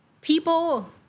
people